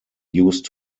used